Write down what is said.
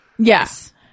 yes